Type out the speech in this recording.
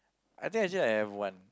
I think I actually have one